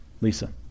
Lisa